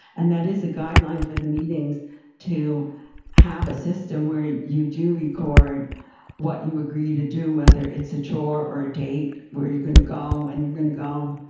and that is a guideline for the meetings to have a system where you you do record what you agree to do, whether it's a chore or a date, where you're gonna go, when you're gonna go,